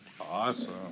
Awesome